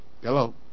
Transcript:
Hello